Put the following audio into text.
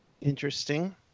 Interesting